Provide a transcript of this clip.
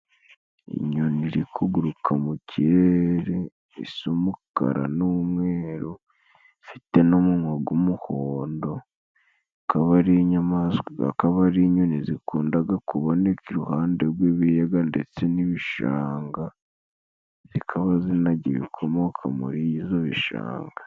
Inyoni iri kuguruka mu kirere isa umukara n'umweru, ifite n'umunwa w'umuhondo. Ikaba ari inyamaswa, akaba ari inyoni zikunda kuboneka iruhande rw'ibiyaga ndetse n'ibishanga. Zikaba zinarya ibikomoka muri ibyo bishanga.